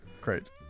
great